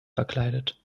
verkleidet